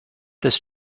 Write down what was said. this